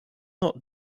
not